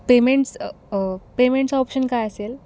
payments पेमेंटचं option काय असेल